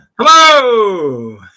Hello